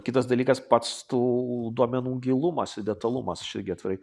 kitas dalykas pats tų duomenų gilumas jų detalumas aš irgi atvirai